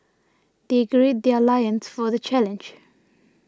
they gird their loins for the challenge